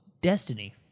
Destiny